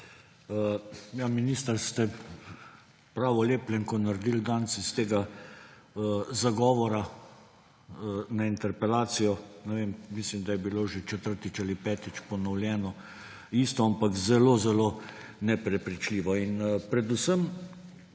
minister, ste pravo lepljenko naredili danes iz tega zagovora na interpelacijo. Ne vem, mislim, da je bilo že četrtič ali petič ponovljeno isto, ampak zelo zelo neprepričljivo. Predvsem